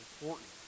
important